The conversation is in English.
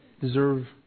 deserve